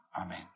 Amen